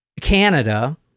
Canada